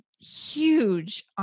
huge